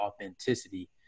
authenticity